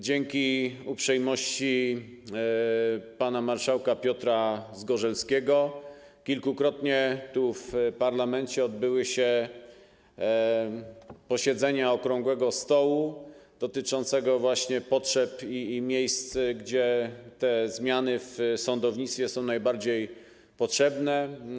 Dzięki uprzejmości pana marszałka Piotra Zgorzelskiego kilkukrotnie tu, w parlamencie, odbyły się posiedzenia okrągłego stołu dotyczące właśnie potrzeb i miejsc, gdzie te zmiany w sądownictwie są najbardziej potrzebne.